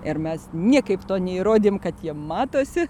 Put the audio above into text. ir mes niekaip to neįrodėm kad jie matosi